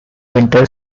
winter